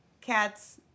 cats